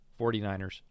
49ers